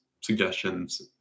suggestions